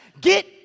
get